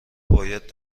باید